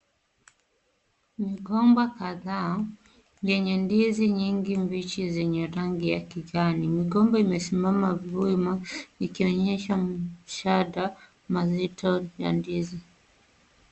Migomba kadhaa yenye ndizi nyingi mbichi zenye rangi ya kijani. Migomba imesimama wima ikionyesha mshada mazito ya ndizi.